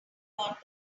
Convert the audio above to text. got